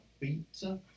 pizza